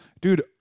dude